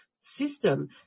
system